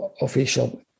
official